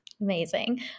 Amazing